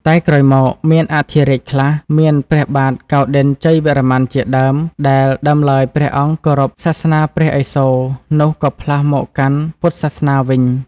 តែក្រោយមក មានអធិរាជខ្លះមានព្រះបាទកៅណ្ឌិន្យជ័យវរ្ម័នជាដើមដែល ដើមឡើយព្រះអង្គគោរពសាសនាព្រះឥសូរនោះ ក៏ផ្លាស់មកកាន់ពុទ្ធសាសនាវិញ ។